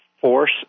Force